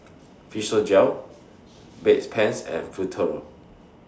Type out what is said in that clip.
Physiogel Bedpans and Futuro